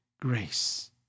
grace